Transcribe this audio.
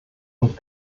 und